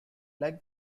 like